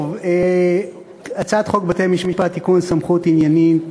טוב, הצעת חוק בתי-משפט (תיקון, סמכות עניינית